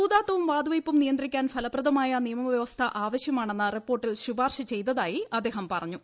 ചൂതാട്ടവും വാതുവെയ്പും നിയന്ത്രിക്കാൻ ഫലപ്രദമായ നിയമവ്യവസ്ഥ ആവശ്യമാണെന്ന് റിപ്പോർട്ടിൽ ശുപാർശ ചെയ്തതായി അദ്ദേഹം പറഞ്ഞു